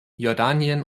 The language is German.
jordanien